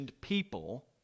people